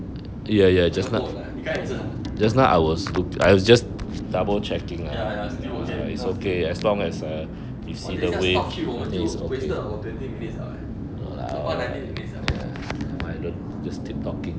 那个 boat ah 你刚才也是 ah ya ya still okay cause to~ !wah! 等下 stop 去我们就 wasted our twenty minute so far nineteen minutes liao